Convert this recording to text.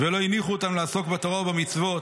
ולא הניחו אותם לעסוק בתורה ובמצוות,